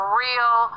real